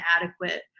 adequate